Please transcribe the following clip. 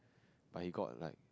but he got like